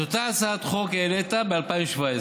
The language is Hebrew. את אותה הצעת חוק העלית ב-2017,